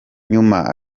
nyuma